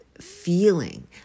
feeling